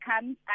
comes